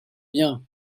bien